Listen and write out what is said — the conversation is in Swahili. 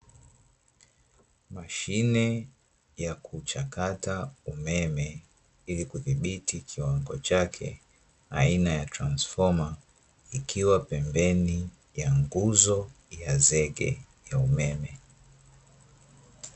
Mashine ya kuchakata umeme ili kudhibiti kiwango chake aina ya transfoma, ikiwa pembeni ya nguzo ya zege ya umeme.